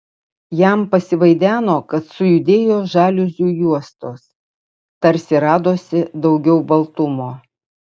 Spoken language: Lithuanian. jam pasivaideno kad sujudėjo žaliuzių juostos tarsi radosi daugiau baltumo